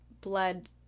bled